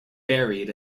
buried